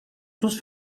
sus